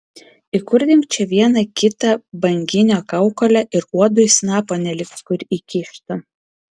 įkurdink čia vieną kitą banginio kaukolę ir uodui snapo neliks kur įkišti